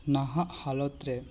ᱱᱟᱦᱟᱜ ᱦᱟᱞᱚᱛ ᱨᱮ